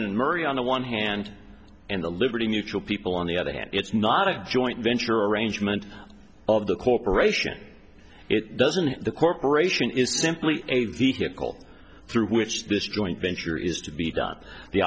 and murray on the one hand and the liberty mutual people on the other hand it's not a joint venture arrangement of the corporation it doesn't the corporation is simply a vehicle through which this joint venture is to be done the